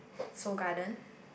Seoul-Garden